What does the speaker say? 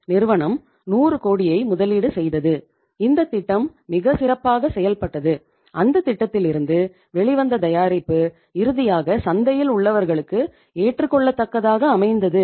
நிறுவனம் 100 கோடியை முதலீடு செய்தது இந்த திட்டம் மிகச் சிறப்பாக செயல்பட்டது அந்த திட்டத்திலிருந்து வெளிவந்த தயாரிப்பு இறுதியாக சந்தையில் உள்ளவர்களுக்கு ஏற்றுக்கொள்ள தக்கதாக அமைந்தது